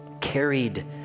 carried